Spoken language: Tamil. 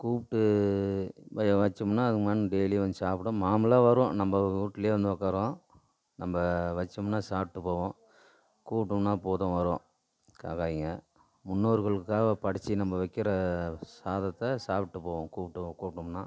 கூப்பிட்டு வைச்சோம்னா அது டெய்லியும் வந்து சாப்பிடும் நார்மலாக வரும் நம்ம வீட்லையே வந்து உக்காரும் நம்ம வைச்சோம்னா சாப்பிட்டு போகும் கூப்பிட்டோம்னா போதும் வரும் காக்காயிங்க முன்னோர்களுக்காக படைச்சி நம்ம வைக்கிற சாதத்தை சாப்பிட்டு போகும் கூப்பிட்டு கூப்பிட்டோம்னா